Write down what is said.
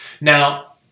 Now